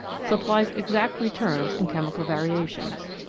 supplies exact returns in chemical variations.